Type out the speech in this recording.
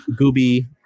gooby